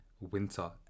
winter